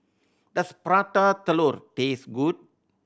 does Prata Telur taste good